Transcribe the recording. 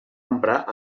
emprar